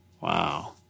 Wow